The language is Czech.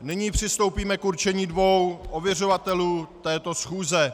Nyní přistoupíme k určení dvou ověřovatelů této schůze.